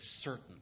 certain